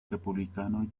republicano